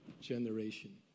generation